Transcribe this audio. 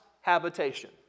habitation